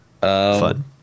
Fun